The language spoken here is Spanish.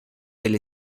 del